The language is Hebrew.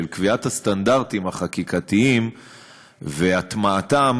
של קביעת הסטנדרטים החקיקתיים והטמעתם